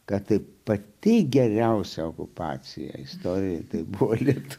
kad tai pati geriausia okupacija istorijoje tai buvo atlikti